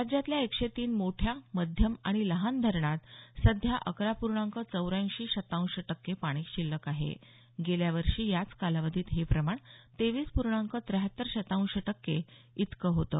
राज्यातल्या एकशे तीन मोठ्या मध्यम आणि लहान धरणांत सध्या अकरा पूर्णांक चौऱ्यांशी शतांश टक्के पाणी शिल्लक आहे गेल्या वर्षी याच कालावधीत हे प्रमाण तेवीस पूर्णांक त्याहत्तर शतांश टक्के एवढं होतं